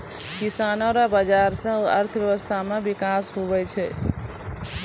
किसानो रो बाजार से अर्थव्यबस्था मे बिकास हुवै छै